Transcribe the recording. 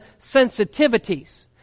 sensitivities